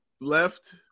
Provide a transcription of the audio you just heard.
left